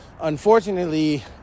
Unfortunately